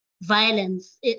violence